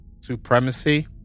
Supremacy